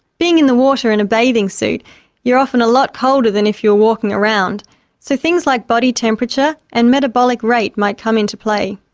being in the water in a bathing suit you're often a lot colder than if you're walking around so things like body temperature and metabolic rate might come into play.